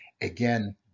Again